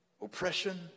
Oppression